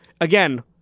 again